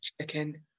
Chicken